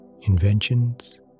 inventions